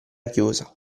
chiusa